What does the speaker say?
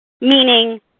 meaning